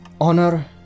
Honor